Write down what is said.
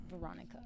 Veronica